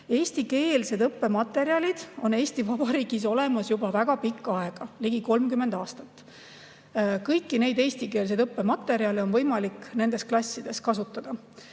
Eestikeelsed õppematerjalid on olnud Eesti Vabariigis olemas juba väga pikka aega, ligi 30 aastat. Kõiki neid eestikeelseid õppematerjale on võimalik nendes klassides kasutada.